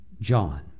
John